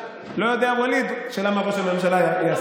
אני לא יודע על ווליד, השאלה מה ראש הממשלה יעשה,